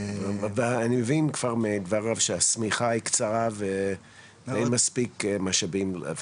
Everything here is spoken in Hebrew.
אני מבין כבר שהשמיכה היא קצרה ואין מספיק משאבים.